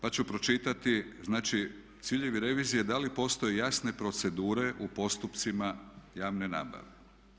Pa ću pročitati, znači ciljevi revizije da li postoje jasne procedure u postupcima javne nabave.